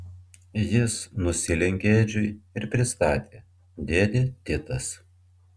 jis nusilenkė edžiui ir prisistatė dėdė titas